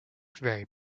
very